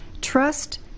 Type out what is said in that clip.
trust